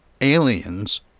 aliens